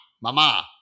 mama